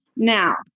Now